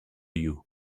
you